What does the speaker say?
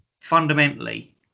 fundamentally